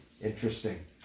interesting